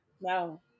No